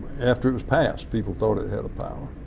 after it was passed people thought it had a power,